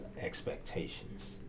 expectations